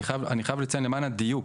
אני חייב לציין למען הדיוק,